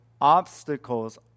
Obstacles